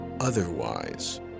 otherwise